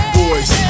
boys